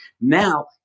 Now